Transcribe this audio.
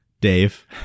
Dave